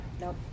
Nope